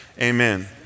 amen